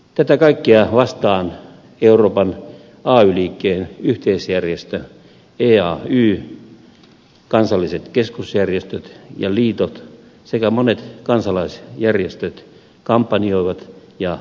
tätä kaikkea vastaan euroopan ay liikkeen yhteisjärjestö eay kansalliset keskusjärjestöt ja liitot sekä monet kansalaisjärjestöt kampanjoivat ja lakkoilevat